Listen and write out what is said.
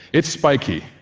it's spiky.